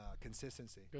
consistency